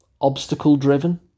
Obstacle-driven